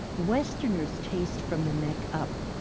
westerners taste from the neck up.